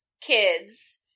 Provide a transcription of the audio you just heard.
kids